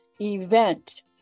event